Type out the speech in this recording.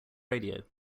radio